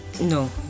No